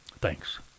Thanks